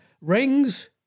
Rings